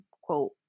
quote